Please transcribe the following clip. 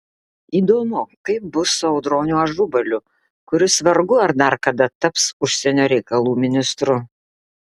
įdomu kaip bus su audroniu ažubaliu kuris vargu ar dar kada taps užsienio reikalų ministru